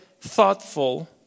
thoughtful